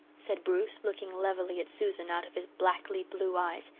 said bruce, looking levelly at susan, out of his blackly blue eyes,